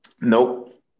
Nope